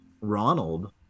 Ronald